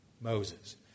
Moses